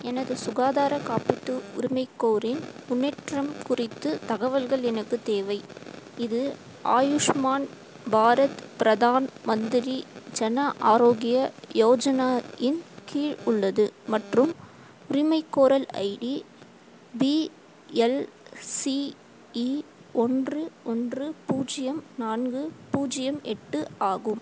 எனது சுகாதார காப்பீட்டு உரிமைகோரிலின் முன்னேற்றம் குறித்து தகவல்கள் எனக்கு தேவை இது ஆயுஷ்மான் பாரத் பிரதான் மந்திரி ஜன ஆரோக்கிய யோஜனா இன் கீழ் உள்ளது மற்றும் உரிமைகோரல் ஐடி பிஎல்சிஇ ஒன்று ஒன்று பூஜ்ஜியம் நான்கு பூஜ்ஜியம் எட்டு ஆகும்